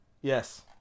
yes